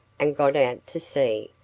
and got out to sea,